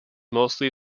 mostly